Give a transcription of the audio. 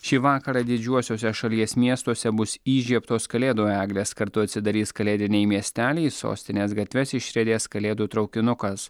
šį vakarą didžiuosiuose šalies miestuose bus įžiebtos kalėdų eglės kartu atsidarys kalėdiniai miesteliai į sostinės gatves išriedės kalėdų traukinukas